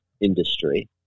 industry